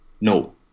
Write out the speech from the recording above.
No